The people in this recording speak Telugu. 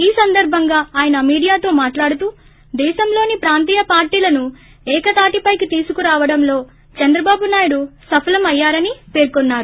ఈ సందర్బంగా ఆయన మీడియాతో మాట్లాడుతూ దేశంలోని ప్రాంతీయ పార్టీలను ఏకతాటిపైకి తీసుకురావడంలో చంద్రబాబునాయుడు సఫలం అయ్యారని పేర్కొన్నారు